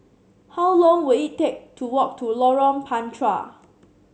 how long will it take to walk to Lorong Panchar